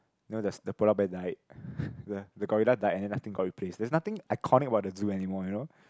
no there's the polar bear died the the gorilla died and then nothing got replaced there's nothing iconic about the zoo anymore you know